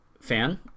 Fan